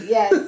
Yes